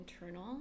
internal